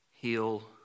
Heal